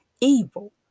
evil